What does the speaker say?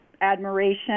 admiration